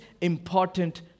important